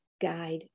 guide